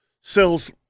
sells